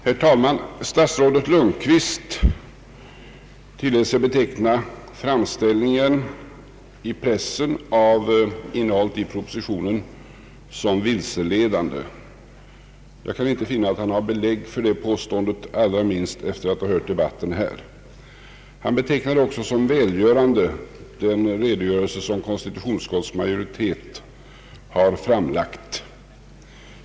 Herr talman! Statsrådet Lundkvist tillät sig beteckna framställningarna i pressen av innehållet i propositionen som vilseledande. Jag kan inte finna att han har belägg för det påståendet, allra minst efter att ha hört debatten här. Statsrådet Lundkvist betecknade också som välgörande den redogörelse som konstitutionsutskottets majoritet har framlagt.